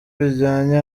bijyanye